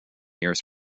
years